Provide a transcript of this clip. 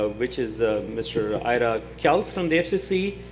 ah which is mr. ira keltz from the fcc,